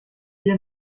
hier